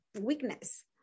weakness